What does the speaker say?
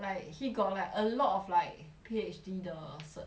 like he got like a lot of like P_H_D 的 cert~